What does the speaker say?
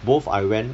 both I went